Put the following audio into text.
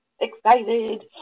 excited